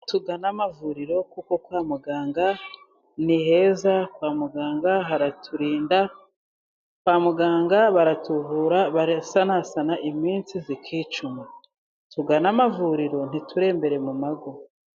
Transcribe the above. Tugana amavuriro kuko kwa muganga ni heza, kwa muganga haraturinda, kwa muganga baratuvura, barasanasana iminsi ikicuma, tugana amavuriro ntiturembere mu mago.